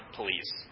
police